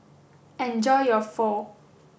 enjoy your Pho